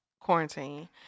quarantine